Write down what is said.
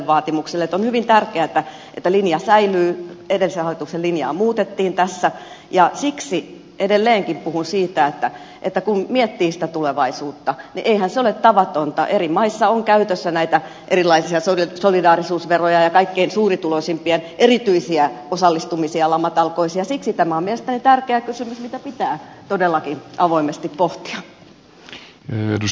on hyvin tärkeää että linja säilyy edellisen hallituksen linjaa muutettiin tässä ja siksi edelleenkin puhun siitä että kun miettii sitä tulevaisuutta niin eihän se ole tavatonta eri maissa on käytössä näitä erilaisia solidaarisuusveroja ja kaikkein suurituloisimpien erityisiä osallistumisia lamatalkoisiin ja siksi tämä on mielestäni tärkeä kysymys jota pitää todellakin avoimesti pohtia